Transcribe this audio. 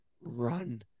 run